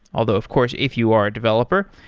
although of course if you are a developer,